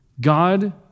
God